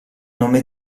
nome